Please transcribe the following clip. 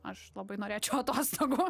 aš labai norėčiau atostogų